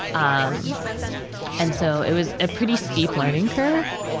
um and so it was a pretty steep learning curve,